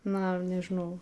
na nežinau